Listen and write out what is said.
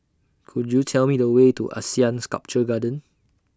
Could YOU Tell Me The Way to Asean Sculpture Garden